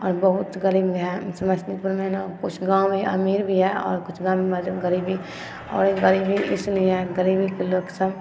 आओर बहुत गरीबी हइ समस्तीपुरमे ने किछु गाँवमे अमीर भी हइ आओर किछु गाँवमे गरीबी आओर गरीबी इसलिए हइ गरीबीके लोक सब